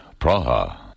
Praha